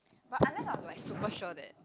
but unless I'm like super sure that